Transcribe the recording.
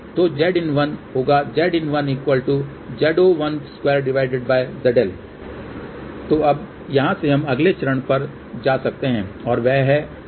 तो Zin1 होगा Zin1 Z012 ZL तो अब यहाँ से हम अगले चरण पर जा सकते हैं और वह है Zin